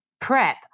prep